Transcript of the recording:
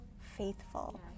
faithful